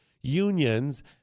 Unions